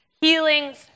Healings